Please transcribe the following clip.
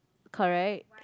correct